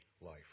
life